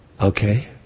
Okay